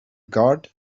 guard